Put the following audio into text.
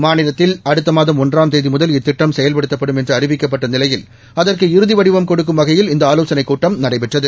மாநிலத்தில் அடுத்த மாதம் ஒன்றாம் தேதி முதல் இத்திட்டம் செயல்படுத்தப்படும் என்று அறிவிக்கப்பட்ட நிலையில் அகுற்கு இறுதி வடிவம் கொடுக்கும் வகையில் இந்த ஆலோசனைக் கூட்டம் நடைபெற்றது